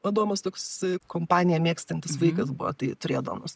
adomas toks kompaniją mėgstantis vaikas buvo tai turėdavom mes